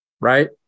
right